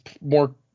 more